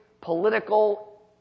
political